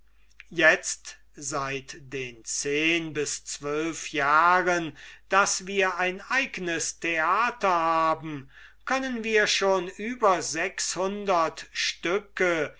itzt seit den zehn bis zwölf jahren daß wir ein eignes theater haben können wir schon über stücke